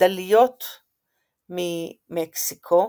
דליות ממקסיקו,